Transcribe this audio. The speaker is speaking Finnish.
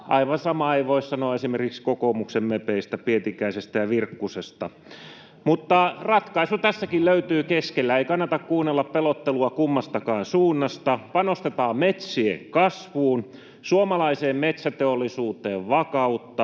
Aivan samaa ei voi sanoa esimerkiksi kokoomuksen mepeistä Pietikäisestä ja Virkkusesta. Ratkaisu tässäkin löytyy keskeltä. Ei kannata kuunnella pelottelua kummastakaan suunnasta. Panostetaan metsien kasvuun. Luodaan suomalaiseen metsäteollisuuteen vakautta,